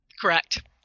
Correct